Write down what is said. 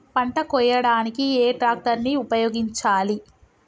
పంట కోయడానికి ఏ ట్రాక్టర్ ని ఉపయోగించాలి?